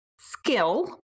skill